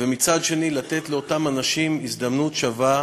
ומצד שני, לתת לאותם אנשים הזדמנות שווה,